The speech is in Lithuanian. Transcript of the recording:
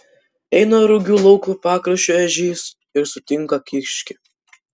eina rugių lauko pakraščiu ežys ir sutinka kiškį